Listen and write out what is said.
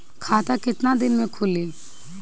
खाता कितना दिन में खुलि?